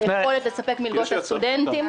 ליכולת לספק מלגות לסטודנטים.